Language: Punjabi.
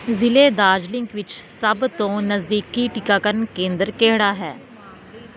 ਜ਼ਿਲੇ ਦਾਰਜੀਲਿੰਗ ਵਿੱਚ ਸਭ ਤੋਂ ਨਜ਼ਦੀਕੀ ਟੀਕਾਕਰਨ ਕੇਂਦਰ ਕਿਹੜਾ ਹੈ